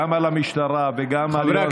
גם על המשטרה וגם על יואב סגלוביץ'